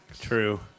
True